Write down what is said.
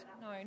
No